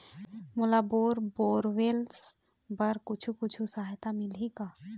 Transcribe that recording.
मोला bore borewells बर कुछू कछु सहायता मिलही का?